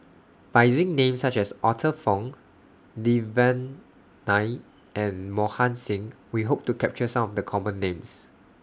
By using Names such as Arthur Fong Devan Nair and Mohan Singh We Hope to capture Some of The Common Names